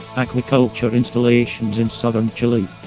aquaculture installations in southern chile